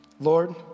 Lord